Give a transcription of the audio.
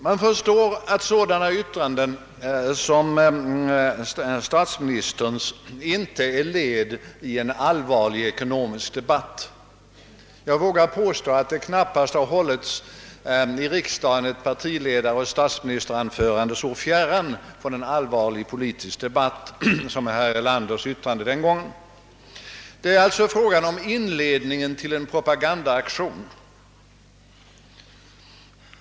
Man förstår att sådana yttranden som statsministerns inte är ett led i en allvarlig ekonomisk debatt. Jag vågar påstå att det i riksdagen knappast har hållits ett partiledaroch statsministeranförande så fjärran från allvarlig politisk debatt som herr Erlanders yttrande den gången. Det var alltså fråga om inledningen till en propagandaaktion.